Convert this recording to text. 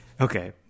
Okay